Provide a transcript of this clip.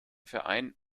verein